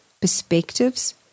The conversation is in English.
perspectives